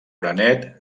granet